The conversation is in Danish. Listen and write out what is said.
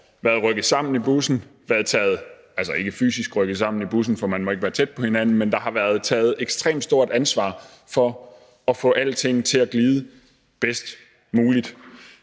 været rykket sammen i bussen – altså, man er ikke fysisk rykket sammen i bussen, for man må ikke være tæt på hinanden – og taget et ekstremt stort ansvar for at få alting til at glide bedst muligt.